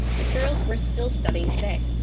materials we're still studying today.